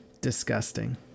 disgusting